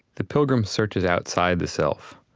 the pilgrim's search is outside the self,